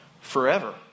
forever